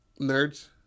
Nerds